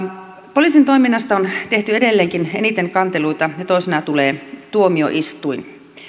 poliisin toiminnasta on tehty edelleenkin eniten kanteluita ja toisena tulee tuomioistuin